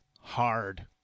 hard